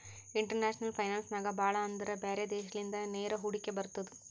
international finance ನಾಗ್ ಭಾಳ ಅಂದುರ್ ಬ್ಯಾರೆ ದೇಶಲಿಂದ ನೇರ ಹೂಡಿಕೆ ಬರ್ತುದ್